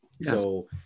So-